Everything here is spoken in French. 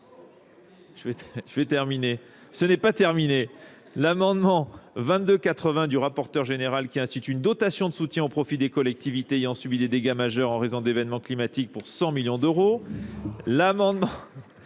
Je vais terminer. Ce n'est pas terminé. L'amendement 2280 du rapporteur général qui institue une dotation de soutien au profit des collectivités ayant subi des dégâts majeurs en raison d'événements climatiques pour 100 millions d'euros. L'amendement